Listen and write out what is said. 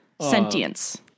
Sentience